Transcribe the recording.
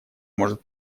может